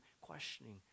questioning